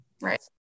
right